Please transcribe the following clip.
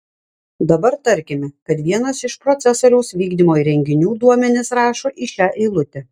dabar tarkime kad vienas iš procesoriaus vykdymo įrenginių duomenis rašo į šią eilutę